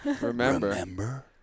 Remember